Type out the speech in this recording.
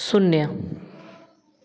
शून्य